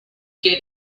get